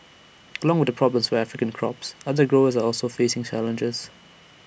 along with the problems for African crops other growers are also facing challenges